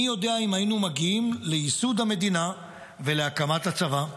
מי יודע אם היינו מגיעים לייסוד המדינה ולהקמת הצבא.